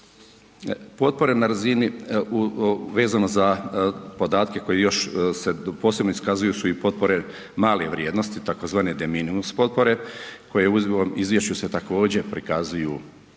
Potpore vezano za podatke koji se još posebno iskazuju su i potpore male vrijednosti tzv. de minimis potpore, koje su ovom izvješću također prikazane